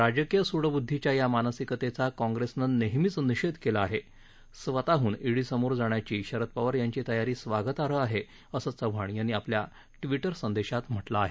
राजकीय सुडबदधीच्या या मानसिकतेचा काँग्रेसने नेहमीच निषेध केला आहे स्वतःहन ईडीसमोर जाण्याची शरद पवार यांची तयारी स्वागतार्ह आहे असं चव्हाण यांनी आपल्या ट्विटर संदेशात म्हटलं आहे